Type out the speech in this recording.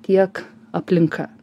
tiek aplinka